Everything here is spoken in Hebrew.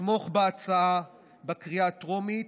לתמוך בהצעה בקריאה הטרומית,